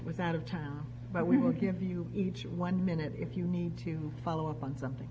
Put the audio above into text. with out of town but we will give you each one minute if you need to follow up on something